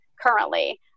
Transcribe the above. currently